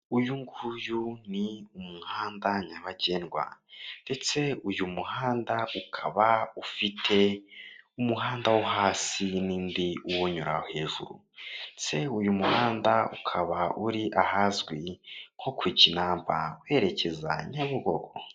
Uyu nguyu ni umuhanda nyabagendwa ndetse uyu muhanda ukaba ufite umuhanda wo hasi n'indi iwunyura hejuru ndetse uyu muhanda ukaba uri ahazwi nko ku Kinamba werekeza Nyabugogo.